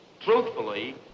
Truthfully